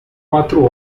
quatro